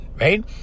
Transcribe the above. right